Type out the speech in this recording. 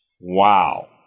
wow